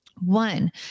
One